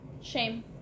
Shame